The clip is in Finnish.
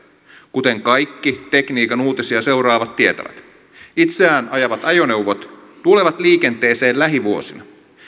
kuten kaikki tekniikan uutisia seuraavat tietävät itseään ajavat ajoneuvot tulevat liikenteeseen lähivuosina